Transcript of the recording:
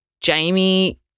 Jamie